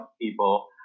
people